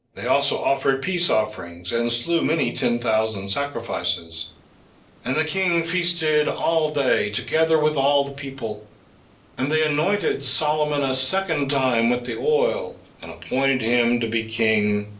they also offered peace-offerings, and slew many ten thousand sacrifices and the king feasted all day, together with all the people and they anointed solomon a second time with the oil, and appointed him to be king,